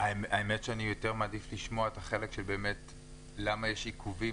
האמת שאני יותר מעדיף לשמוע את החלק של למה יש עיכובים,